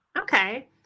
Okay